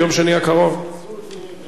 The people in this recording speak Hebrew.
זלזול בחברי הכנסת.